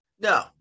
No